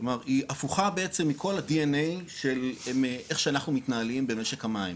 כלומר היא הפוכה בעצם מכל ה- DNA של איך שאנחנו מתנהלים במשק המים,